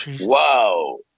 Wow